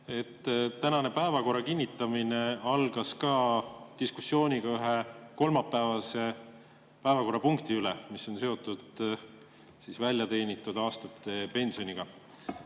[nädala] päevakorra kinnitamine algas diskussiooniga ühe kolmapäevase päevakorrapunkti üle, mis on ka seotud väljateenitud aastate pensioniga.